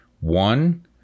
one